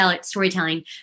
storytelling